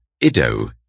Ido